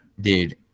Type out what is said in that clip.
Dude